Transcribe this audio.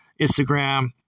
Instagram